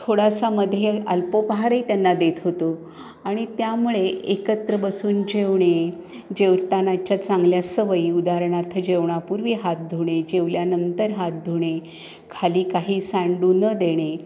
थोडासा मध्ये अल्पोपहारही त्यांना देत होतो आणि त्यामुळे एकत्र बसून जेवणे जेवतानाच्या चांगल्या सवयी उदाहरणार्थ जेवणापूर्वी हात धुणे जेवल्यानंतर हात धुणे खाली काही सांडू न देणे